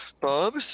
Bubs